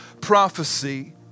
prophecy